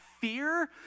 fear